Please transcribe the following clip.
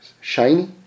shiny